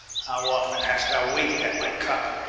how often hast thou waited at my cup,